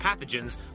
pathogens